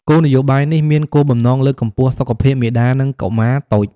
គោលនយោបាយនេះមានគោលបំណងលើកកម្ពស់សុខភាពមាតានិងកុមារតូច។